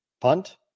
punt